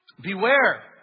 Beware